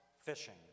fishing